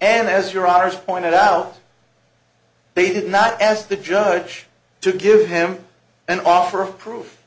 and as your honour's pointed out they did not ask the judge to give him an offer of proof